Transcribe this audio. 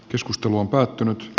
keskustelu on päättynyt